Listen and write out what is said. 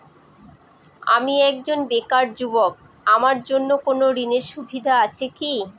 আমি একজন বেকার যুবক আমার জন্য কোন ঋণের সুবিধা আছে কি?